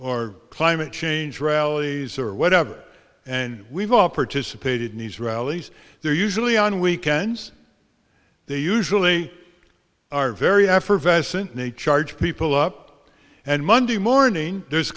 or climate change rallies or whatever and we've all participated in these rallies they're usually on weekends they usually are very effervescent need charge people up and monday morning there's